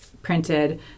Printed